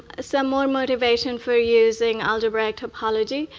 ah so more motivation for using algebraic topology,